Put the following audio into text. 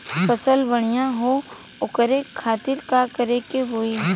फसल बढ़ियां हो ओकरे खातिर का करे के होई?